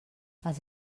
els